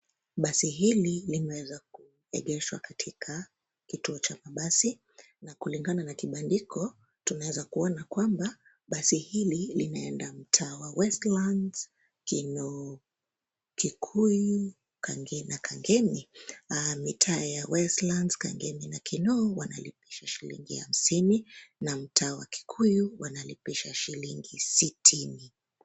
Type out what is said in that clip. Basi hili limeweza kuegeshwa katika, kituo cha mabasi, na kulingana na kibandiko, tunaeza kuona kwamba, basi hili linaenda mtaa wa Westlands, Kinoo, Kikuyu, Kangii na Kangemi , mitaa ya Westlands, Kangemi na Kinoo wanalipishwa shilingi hamsini na mtaa wa Kikuyu wanalipishwa shilingi sitini.